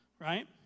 right